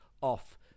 off